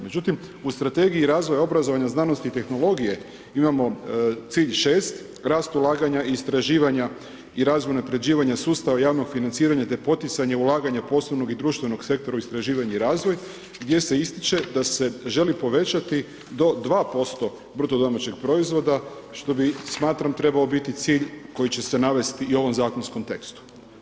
Međutim u Strategiji razvoja obrazovanja, znanosti i tehnologije imamo cilj 6, rast ulaganja istraživanja i razvoj unapređivanja sustava javnog financiranja te poticanje ulaganja posebnog i društvenog sektora u istraživanje i razvoj gdje se ističe da se želi povećati do 2% BDP-a, što bi smatram, trebao biti cilj koji će navesti i u ovom zakonskom tekstu.